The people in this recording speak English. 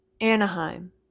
Anaheim